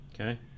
Okay